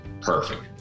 Perfect